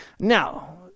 Now